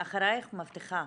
אחרייך אני מבטיחה